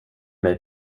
mig